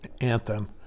anthem